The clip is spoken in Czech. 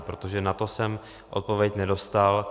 Protože na to jsem odpověď nedostal.